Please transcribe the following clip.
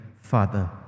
Father